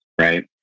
right